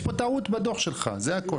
יש פה טעות בדו"ח שלך, זה הכל.